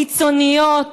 קיצוניות,